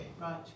Right